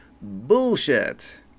Bullshit